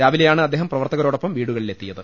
രാവിലെയാണ് അദ്ദേഹം പ്രവർത്തകരോടൊപ്പം വീടുകളിലെത്തിയത്